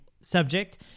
subject